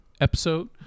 episode